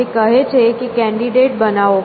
તે કહે છે કે કેન્ડીડેટ બનાવો